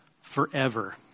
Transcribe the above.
forever